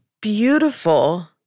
beautiful